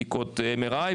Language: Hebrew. בדיקת MRI,